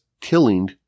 killing